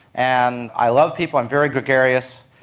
and i love people, i'm very gregarious,